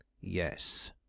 Yes